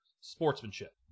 sportsmanship